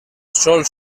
sol